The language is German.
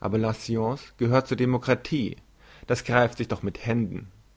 aber la science gehört zur demokratie das greift sich doch mit händen